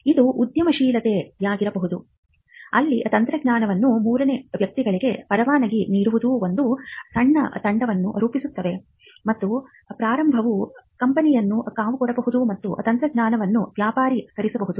ಇದು ಉದ್ಯಮಶೀಲತೆಯಾಗಿರಬಹುದು ಅಲ್ಲಿ ತಂತ್ರಜ್ಞಾನವನ್ನು ಮೂರನೇ ವ್ಯಕ್ತಿಗಳಿಗೆ ಪರವಾನಗಿ ನೀಡುವುದು ಒಂದು ಸಣ್ಣ ತಂಡವನ್ನು ರೂಪಿಸುತ್ತದೆ ಮತ್ತು ಪ್ರಾರಂಭವು ಕಂಪನಿಯನ್ನು ಕಾವುಕೊಡಬಹುದು ಮತ್ತು ತಂತ್ರಜ್ಞಾನವನ್ನು ವ್ಯಾಪಾರೀಕರಿಸಬಹುದು